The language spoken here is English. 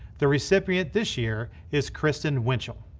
the recipient this year is kristen winchell.